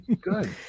Good